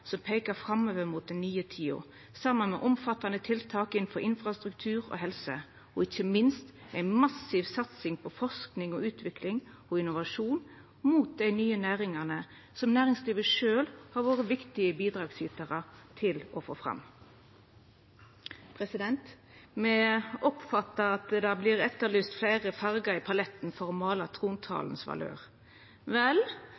som peika framover mot den nye tida, saman med omfattande tiltak innanfor infrastruktur og helse. Og ikkje minst var det ei massiv satsing på forsking og utvikling og innovasjon mot dei nye næringane som næringslivet sjølv har vore viktig bidragsytar til å få fram. Me oppfattar at det vert etterlyst fleire fargar i paletten for å måla trontalens valør. Vel,